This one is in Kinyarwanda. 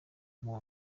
kwitwa